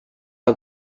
are